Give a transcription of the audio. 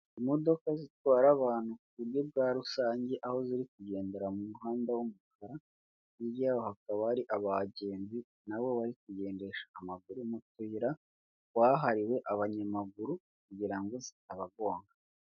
Imodoka zitwara abantu ku buryo bwa rusange, aho ziri kugendera mu muhanda w'umukara, hirya yabo hakaba hari abagenzi nabo bari kugendesha amaguru mu tuyira twahariwe abanyamaguru, kugira ngo zitabagonga.